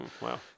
Wow